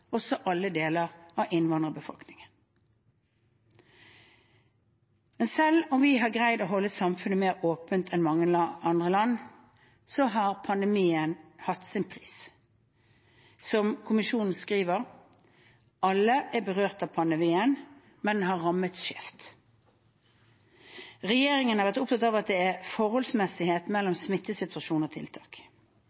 også alle deler av innvandrerbefolkningen. Selv om vi har greid å holde samfunnet mer åpent enn mange andre land, har pandemien hatt sin pris. Som kommisjonen skriver: Alle er berørt av pandemien, men den har rammet skjevt. Regjeringen har vært opptatt av at det er forholdsmessighet